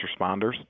responders